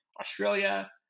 Australia